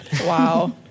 Wow